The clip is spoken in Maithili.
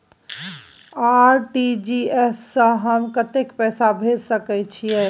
आर.टी.जी एस स हम कत्ते पैसा भेज सकै छीयै?